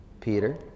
Peter